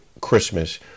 Christmas